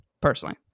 personally